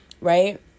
right